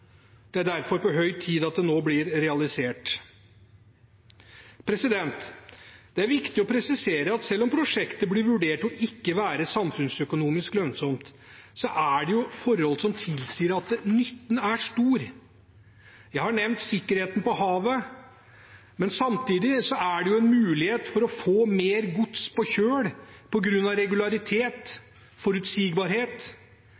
Det er derfor på høy tid at det nå blir realisert. Det er viktig å presisere at selv om prosjektet blir vurdert å ikke være samfunnsøkonomisk lønnsomt, er det forhold som tilsier at nytten er stor. Jeg har nevnt sikkerheten på havet, men samtidig er det en mulighet for å få mer gods på kjøl